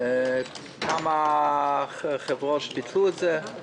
כמה חברות ביטלו את זה.